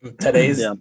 Today's